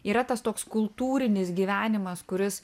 yra tas toks kultūrinis gyvenimas kuris